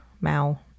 mal